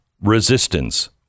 resistance